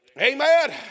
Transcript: Amen